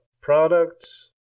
products